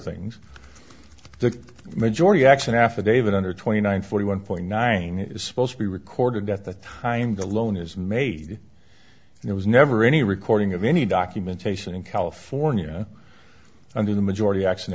things the majority action affidavit under twenty nine forty one point nine is supposed to be recorded at the time the loan is made and it was never any recording of any documentation in california under the majority action